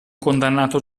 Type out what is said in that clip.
condannato